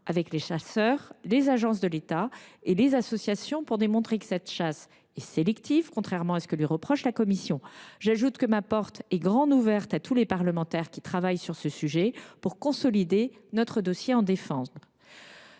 avec les chasseurs, les agences de l’État et les associations pour démontrer que cette chasse est sélective, contrairement à ce que lui reproche la Commission. J’ajoute que ma porte est grande ouverte à tous les parlementaires qui travaillent sur ce sujet pour consolider notre dossier en défense.